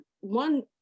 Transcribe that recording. one